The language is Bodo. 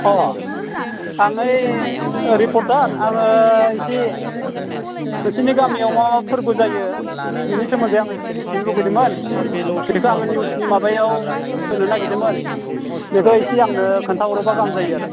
अह आं नै रिपर्टार आङो इसे नोंसिनि गामियाव मा मा फोर्बो जायो बेनि सोमोन्दै आं इसे मिथिनो लुबैदोंमोन बेखौ आं निउसनि माबायाव होनो नागिरदोंमोन बेखौ इसे आंनो खोन्था हरोबा गाहाम जायो आरो